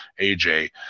AJ